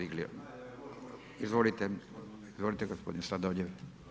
Izvolite, gospodine Sladoljev.